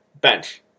Bench